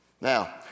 Now